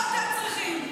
גם אתם צריכים.